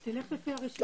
אין בעיה.